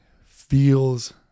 feels